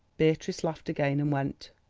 beatrice laughed again and went.